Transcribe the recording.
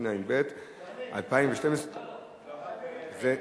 התשע"ב 2012. אוקיי,